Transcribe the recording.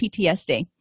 PTSD